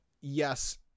Yes